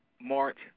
March